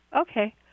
okay